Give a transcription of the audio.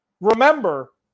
Remember